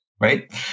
right